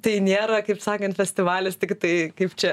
tai nėra kaip sakant festivalis tiktai kaip čia